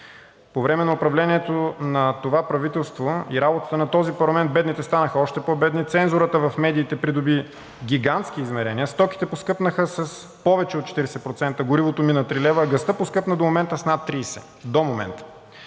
По време на управлението на това правителство и работата на този парламент бедните станаха още по-бедни, цензурата в медиите придоби гигантски измерения, стоките поскъпнаха с повече от 40%, горивото мина три лева, а газта поскъпна до момента с над 30